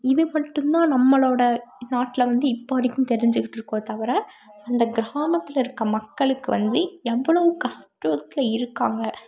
இது மட்டும்தான் நம்மளோட நாட்டில் வந்து இப்போ வரைக்கும் தெரிஞ்சிக்கிட்டுருக்கோம் தவிர அந்த கிராமத்தில் இருக்க மக்களுக்கு வந்து எவ்வளோ கஷ்டத்தில் இருக்காங்க